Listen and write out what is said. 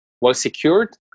well-secured